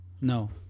No